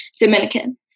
Dominican